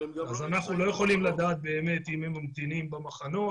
אז אנחנו לא יכולים לדעת באמת אם הם ממתינים במחנות,